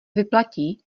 vyplatí